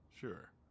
Sure